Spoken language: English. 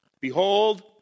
Behold